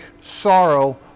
sorrow